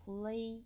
Play